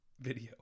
video